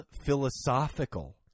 philosophical